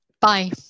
Bye